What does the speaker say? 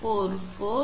544 0